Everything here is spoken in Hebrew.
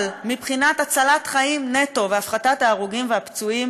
אבל מבחינת הצלת חיים נטו והפחתת ההרוגים והפצועים